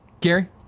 Gary